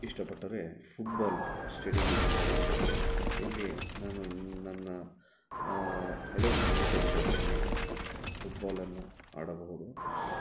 ಇಷ್ಟಪಟ್ಟರೆ football stadium ಇಲ್ಲಿ ದೊರಕುತ್ತದೆ ಇಲ್ಲಿ ನಾನು ನನ್ನ ಹಳೆ ಸ್ನೇಹಿತರ ಜೊತೆಯಲ್ಲಿ ಫುಟ್ಬಾಲನ್ನು ಆಡಬಹುದು